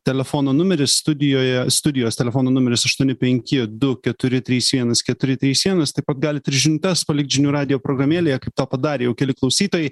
telefono numeris studijoje studijos telefono numeris aštuoni penki du keturi trys vienas keturi trys vienas taip pat galit ir žinutes palikt žinių radijo programėlėje kaip tą padarė jau keli klausytojai